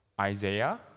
Isaiah